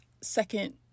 second